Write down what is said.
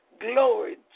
Glory